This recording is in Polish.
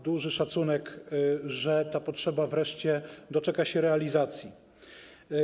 Duży szacunek, że ta potrzeba wreszcie doczeka się realizacji.